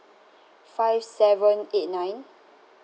five seven eight nine